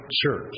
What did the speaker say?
Church